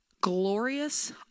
Glorious